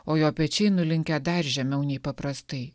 o jo pečiai nulinkę dar žemiau nei paprastai